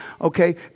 okay